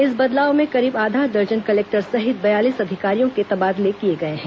इस बदलाव में करीब आधा दर्जन कलेक्टर सहित बयालीस अधिकारियों के तबादले किए गए हैं